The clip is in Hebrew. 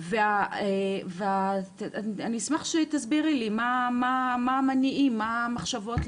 ואני אשמח שתסבירי לי מה המניעים ומה המחשבות,